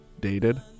dated